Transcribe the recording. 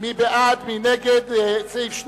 היום אתה בקבוצת טיבי, אוקיי?